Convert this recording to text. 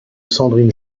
sandrine